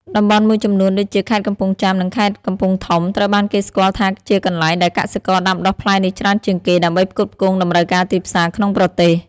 តំបន់មួយចំនួនដូចជា ខេត្តកំពង់ចាម និង ខេត្តកំពង់ធំ ត្រូវបានគេស្គាល់ថាជាកន្លែងដែលកសិករដាំដុះផ្លែនេះច្រើនជាងគេ ដើម្បីផ្គត់ផ្គង់តម្រូវការទីផ្សារក្នុងប្រទេស។